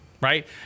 Right